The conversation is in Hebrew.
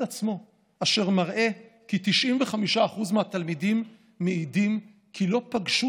עצמו אשר מראה כי 95% מהתלמידים מעידים כי לא פגשו